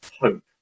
hope